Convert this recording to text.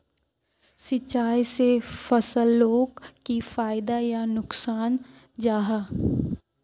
सिंचाई से फसलोक की फायदा या नुकसान जाहा?